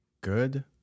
Good